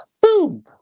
Boom